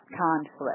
conflict